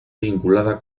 vinculada